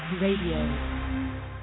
Radio